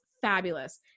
fabulous